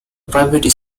private